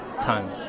time